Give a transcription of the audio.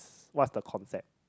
what's the concept